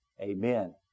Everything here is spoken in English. Amen